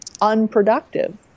unproductive